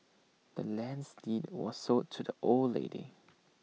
the land's deed was sold to the old lady